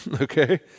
okay